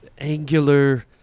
Angular